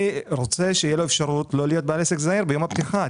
אני רוצה שתהיה לו אפשרות לא להיות בעל עסק זעיר ביום הפתיחה.